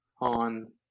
on